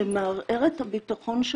שמערער את הביטחון של